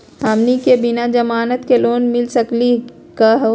हमनी के बिना जमानत के लोन मिली सकली क हो?